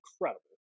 incredible